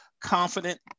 confident